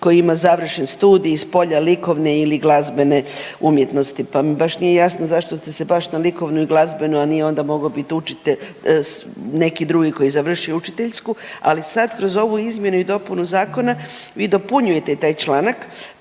koji ima završen studij iz polja likovne ili glazbene umjetnosti, pa mi baš nije jasno zašto ste se baš na likovnu i glazbenu, a nije onda mogao biti neki drugi koji je završio učiteljsku. Ali sad kroz ovu izmjenu i dopunu zakona vi dopunjujete i taj članak